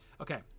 Okay